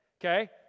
Okay